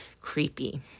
creepy